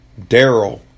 Daryl